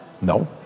No